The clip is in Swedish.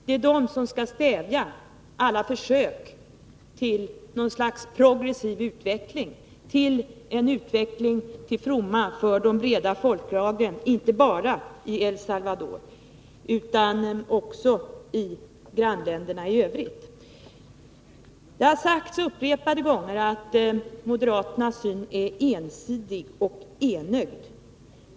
Det är Honduras som skall stävja alla försök till en progressiv utveckling, en utveckling till fromma för de breda folklagren inte bara i El Salvador utan också i grannländerna. Det har upprepade gånger sagts att moderaterna har en ensidig och enögd syn.